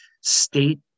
state